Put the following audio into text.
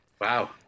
Wow